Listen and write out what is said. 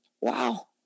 Wow